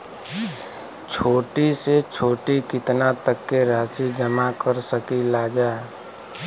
छोटी से छोटी कितना तक के राशि जमा कर सकीलाजा?